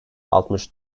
altmış